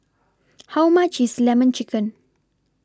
How much IS Lemon Chicken